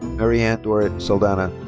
mariane doret saldana.